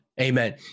Amen